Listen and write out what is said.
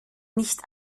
nicht